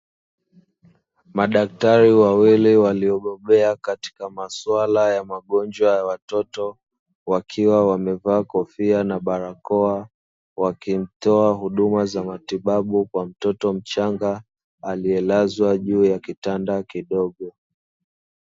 Madaktari wawili waliobobea katika maswala ya magonjwa ya watoto wakiwa wamevaa kofia na barakoa, wakitoa huduma za matibabu kwa mtoto mchanga aliyelazwa juu ya kitanda kidogo.